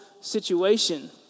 situation